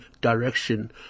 direction